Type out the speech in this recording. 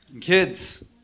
Kids